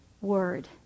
word